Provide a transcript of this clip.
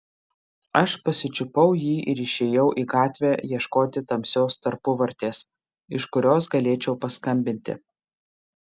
aš pasičiupau jį ir išėjau į gatvę ieškoti tamsios tarpuvartės iš kurios galėčiau paskambinti